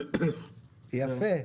יפה.